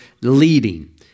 leading